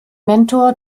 mentor